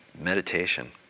meditation